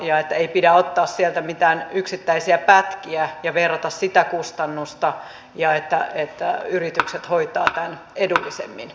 ei pidä ottaa sieltä mitään yksittäisiä pätkiä ja verrata sitä kustannusta ja sanoa että yritykset hoitavat tämän edullisemmin